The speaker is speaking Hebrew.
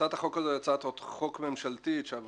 הצעת החוק הזו היא הצעת חוק ממשלתית שעברה